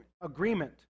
agreement